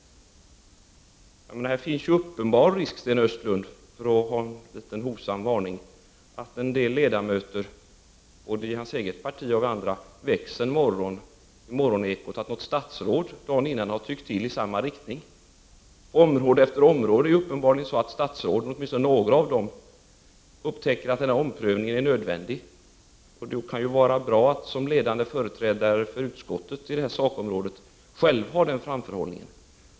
Här finns en uppenbar risk, Sten Östlund, för att nu framföra en hovsam varning, att en del ledamöter både i Sten Östlunds parti och andra, en morgon väcks av ett meddelande i morgonekot att ett statsråd dagen före tyckt till i samma riktning. På område efter område är det uppenbarligen så att statsråd — åtminstone några av dem — upptäcker att en omprövning är nödvändig. Då kan det ju vara bra att som ledande företrädare för utskottet inom det här sakområdet själv ha den framförhållningen.